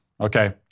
Okay